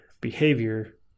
behavior